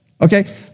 Okay